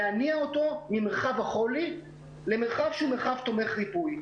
להניע אותו ממרחב החולי למרחב שהוא תומך מרחב ריפוי.